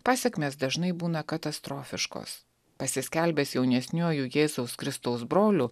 pasekmės dažnai būna katastrofiškos pasiskelbęs jaunesniuoju jėzaus kristaus broliu